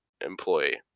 employee